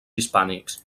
hispànics